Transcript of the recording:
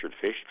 fish